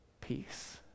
peace